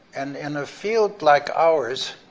and in a field like ours,